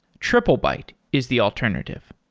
triplebyte is the alternative.